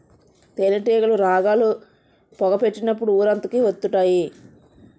తేనేటీగలు రాగాలు, పొగ పెట్టినప్పుడు ఊరంతకి వత్తుంటాయి